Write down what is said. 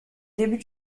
début